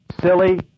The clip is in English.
silly